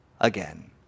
again